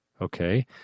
okay